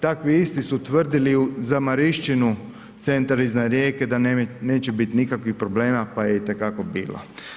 Takvi istu su tvrdili za Marišćinu, centar iznad Rijeke, da neće biti nikakvih problema pa je itekako bilo.